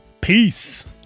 Peace